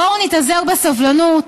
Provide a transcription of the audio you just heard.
בואו נתאזר בסבלנות.